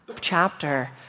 chapter